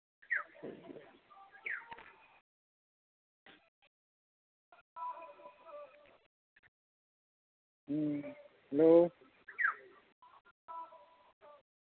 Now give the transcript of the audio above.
ᱦᱩᱸ ᱦᱮᱞᱳ